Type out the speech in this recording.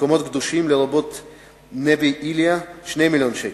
מקומות קדושים, לרבות נבי-איליה, 2 מיליוני שקלים,